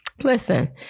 Listen